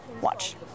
Watch